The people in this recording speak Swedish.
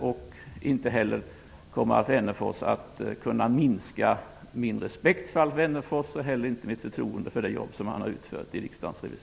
Min respekt för Alf Wennerfors och mitt förtroende för det arbete som han har utfört i Riksdagens revisorer kommer inte heller att kunna minskas.